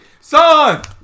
Son